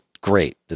great